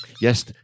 Yes